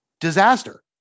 Disaster